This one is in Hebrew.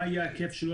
מה יהיה ההיקף שלו,